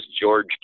George